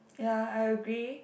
ya I agree